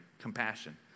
compassion